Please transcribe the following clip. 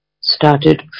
started